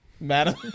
Madam